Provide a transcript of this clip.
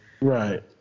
Right